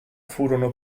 furono